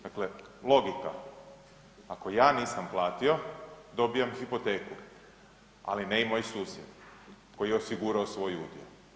Dakle, logika, ako ja nisam platio dobivam hipoteku, ali ne i moj susjed koji je osigurao svoj udio.